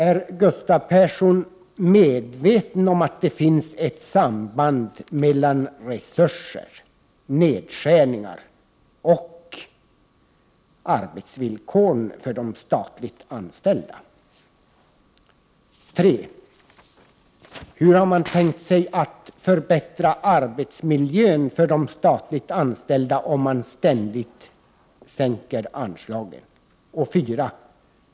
Är Gustav Persson medveten om att det finns ett samband mellan resurser, nedskärningar och arbetsvillkor för de statligt anställda? 3. Hur har man tänkt sig att förbättra arbetsmiljön för de statligt anställda, om man ständigt sänker anslagen? 4.